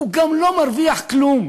הוא גם לא מרוויח כלום,